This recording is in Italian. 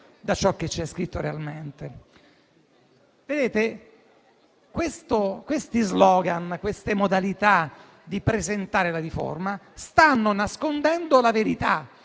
da ciò che c'è scritto realmente. Questi *slogan* e queste modalità di presentare la riforma stanno nascondendo la verità;